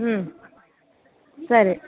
ಹ್ಞೂ ಸರಿ